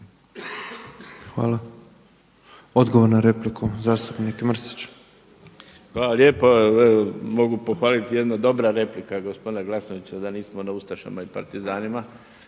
Hvala. Odgovor na repliku, zastupnik Mrsić. **Mrsić, Mirando (SDP)** Hvala lijepa. Mogu pohvaliti jedino dobra replika gospodina Glasnovića, da nismo na ustašama i partizanima